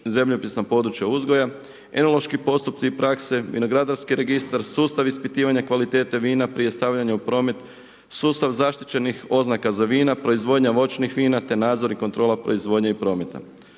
zemljopisna područja uzgoja, enološki postupci i prakse, vinogradarski registar, sustav ispitivanja kvalitete vina prije stavljanja u promet, sustav zaštićenih oznaka za vina, proizvodnja voćnih vina te nadzor i kontrola proizvodnje i prometa.